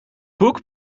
boek